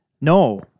No